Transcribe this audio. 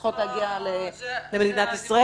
צריכות להגיע למדינת ישראל.